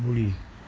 ॿुड़ी